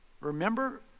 Remember